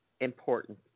important